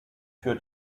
für